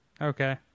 Okay